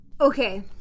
Okay